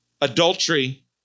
adultery